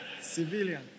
Civilian